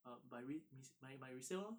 uh buy re~ mis~ 买买 resale lor